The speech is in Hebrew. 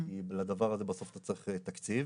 לדבר הזה בסוף אתה צריך תקציב.